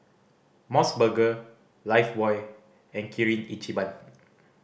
Mos Burger Lifebuoy and Kirin Ichiban